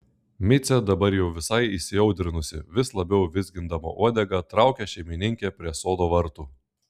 micė dabar jau visai įsiaudrinusi vis labiau vizgindama uodegą traukia šeimininkę prie sodo vartų